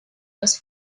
los